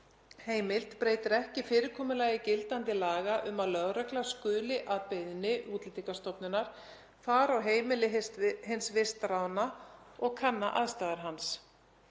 heimild breytir ekki fyrirkomulagi gildandi laga um að lögregla skuli að beiðni Útlendingastofnunar fari á heimili hins vistráðna og kanna aðstæður hans.